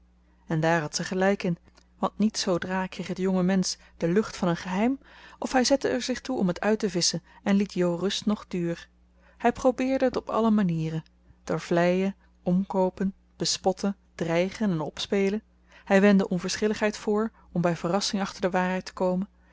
en daar had ze gelijk in want niet zoodra kreeg het jongemensch de lucht van een geheim of hij zette er zich toe om het uit te visschen en liet jo rust noch duur hij probeerde het op alle manieren door vleien omkoopen bespotten dreigen en opspelen hij wendde onverschilligheid voor om bij verrassing achter de waarheid te komen